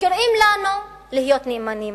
וקוראים לנו להיות נאמנים?